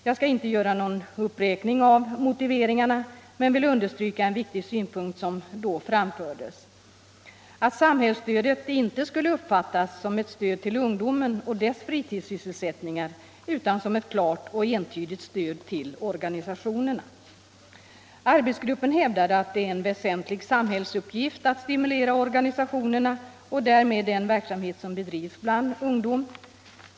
Jag skall inte göra någon uppräkning av motiveringarna men vill understryka en viktig synpunkt som då framfördes, nämligen aut samhällsstödet inte skulle uppfattas som ett stöd till ungdomen och dess fritidssysselsättningar, utan som ett klart och entydigt stöd till organisationerna. Arbetsgruppen hävdade att det är en väsentlig samhällsuppgift att stimulera organisationerna och därmed den verksamhet som bedrivs bland ungdom.